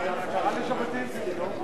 זה נשמע נאום של בחירות,